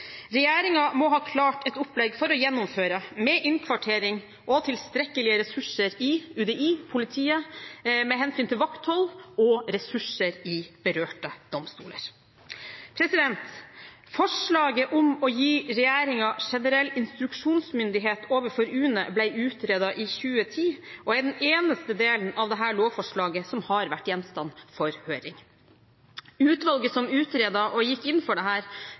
må ha klart et opplegg for gjennomføring, med innkvartering og tilstrekkelige ressurser i UDI, i politiet, med hensyn til vakthold, og i berørte domstoler. Forslaget om å gi regjeringen generell instruksjonsmyndighet overfor UNE ble utredet i 2010 og er den eneste delen av dette lovforslaget som har vært gjenstand for høring. Utvalget som utredet og gikk inn for